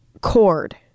cord